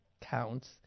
counts